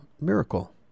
miracle